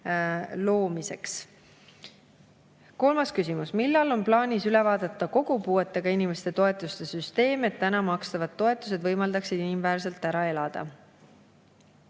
loomiseks. Kolmas küsimus: "Millal on plaanis üle vaadata kogu puuetega inimeste toetuste süsteem, et täna makstavad toetused võimaldaksid inimväärselt ära elada?"